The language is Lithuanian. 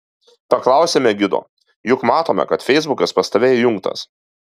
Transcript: paklausėme gido juk matome kad feisbukas pas tave įjungtas